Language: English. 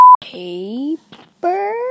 paper